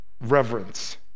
reverence